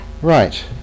Right